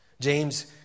James